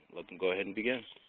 let them go ahead and begin.